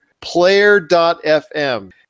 Player.fm